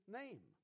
name